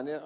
ja ed